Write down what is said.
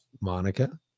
Monica